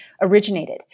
originated